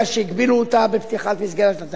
שהגבילו אותה בפתיחת מסגרת התקציב.